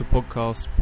Podcast